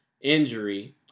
injury